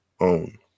own